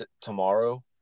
tomorrow